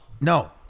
No